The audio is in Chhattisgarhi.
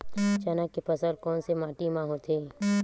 चना के फसल कोन से माटी मा होथे?